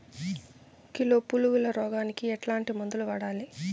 Kilo పులుగుల రోగానికి ఎట్లాంటి మందులు వాడాలి?